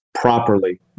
properly